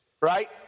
Right